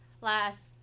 Last